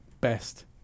best